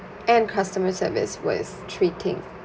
and customer service was treating